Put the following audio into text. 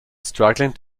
struggling